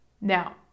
Now